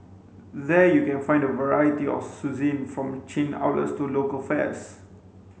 there you can find a variety of from chain outlets to local fares